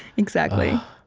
exactly.